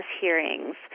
hearings